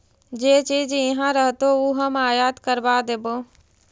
जे चीज इहाँ रहतो ऊ हम आयात करबा देबो